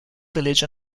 village